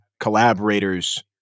collaborators